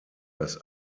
das